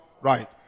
right